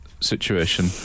situation